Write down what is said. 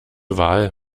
wahl